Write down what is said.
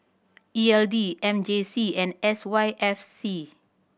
E L D M J C and S Y F C